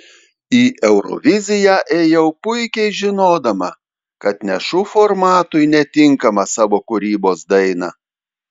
į euroviziją ėjau puikiai žinodama kad nešu formatui netinkamą savo kūrybos dainą